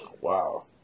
Wow